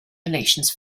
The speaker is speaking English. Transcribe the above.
relations